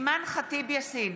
אימאן ח'טיב יאסין,